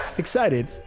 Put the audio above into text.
excited